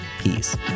peace